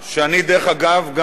שאני דרך אגב גם,